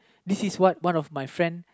this is what one of my friend